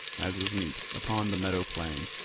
as was meet, upon the meadow-plain,